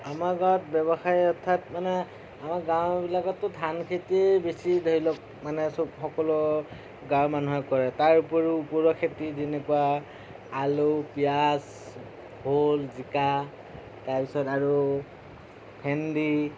আমাৰ গাওঁত ব্যৱসায় অৰ্থাৎ মানে আমাৰ গাওঁ বিলাকততো ধান খেতি বেছি ধৰি লওঁক মানে চ সকলো গাঁৱৰ মানুহে কৰে তাৰ উপৰিও উপৰুৱা খেতি যেনেকুৱা আলু পিয়াঁজ ভোল জিকা তাৰপিছত আৰু ভেন্দি